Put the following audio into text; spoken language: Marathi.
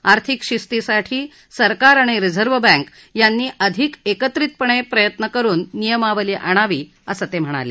आर्थिक शिस्तीसाठी सरकार आणि रिझर्व्ह बँक यांनी अधिक एत्रितपणे प्रयत्न करून नियमावली आणावी असं ते म्हणाले